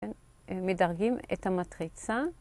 מדרגים את המטריצה.